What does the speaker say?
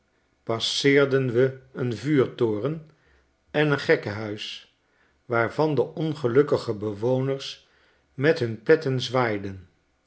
passeerden we een vuurtoren en een gekkenhuis waarvan de ongelukkige bewoners met hun petten zwaaiden